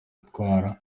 atwara